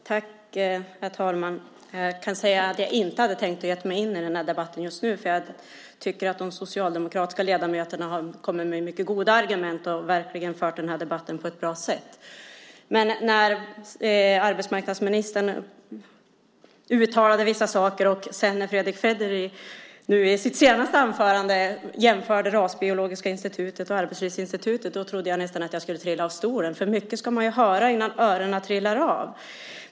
Herr talman! Jag kan säga att jag inte hade tänkt ge mig in i den här debatten just nu, för jag tycker att de socialdemokratiska ledamöterna har kommit med mycket goda argument och verkligen fört den här debatten på ett bra sätt. Men när arbetsmarknadsministern uttalade vissa saker och sedan Fredrick Federley i sitt senaste anförande jämförde det rasbiologiska institutet och Arbetslivsinstitutet trodde jag nästan att jag skulle trilla av stolen. Mycket ska man höra innan öronen trillar av.